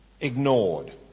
ignored